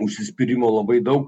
užsispyrimo labai daug